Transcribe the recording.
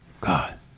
God